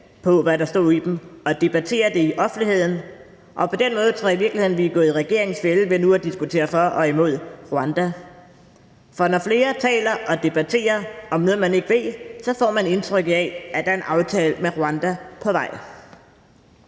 på, hvad der stod i dem, og få os til at debattere dem i offentligheden. På den måde tror jeg i virkeligheden, at vi er gået i regeringens fælde ved nu at diskutere for og imod Rwanda. For når flere taler og debatterer om noget, man ikke ved, får man indtryk af, at der er en aftale med Rwanda på vej.